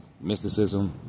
mysticism